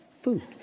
food